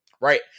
right